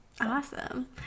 Awesome